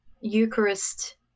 Eucharist